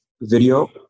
video